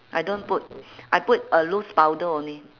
I don't put I put uh loose powder only